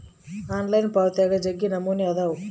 online ಪಾವಾತ್ಯಾಗ ಜಗ್ಗಿ ನಮೂನೆ ಅದಾವ